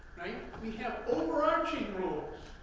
we have overarching rules.